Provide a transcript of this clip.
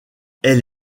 elle